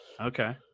Okay